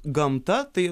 gamta tai